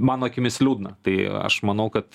mano akimis liūdna tai aš manau kad